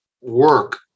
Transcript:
work